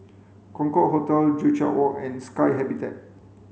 Concorde Hotel Joo Chiat Walk and Sky Habitat